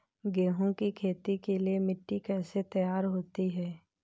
गेहूँ की खेती के लिए मिट्टी कैसे तैयार होती है?